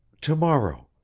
tomorrow